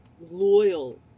loyal